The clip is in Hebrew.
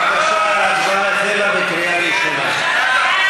בבקשה, ההצבעה בקריאה ראשונה החלה.